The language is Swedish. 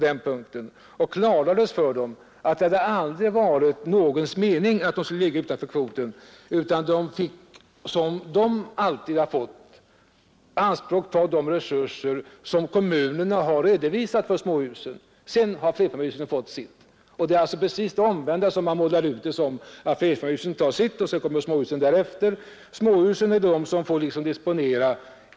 Det klargjordes för dem att det aldrig varit någons mening att småhusen skulle ligga utanför kvoten utan att de fick — som de alltid fått — ta i anspråk de resurser som kommunerna har redovisat för småhusen. Därefter har flerfamiljshusen fått sitt. Man säger alltså precis tvärtom när man målar ut det som om flerfamiljshusen först tog sitt och småhusen kom därefter.